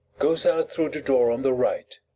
goes out through the door on the right.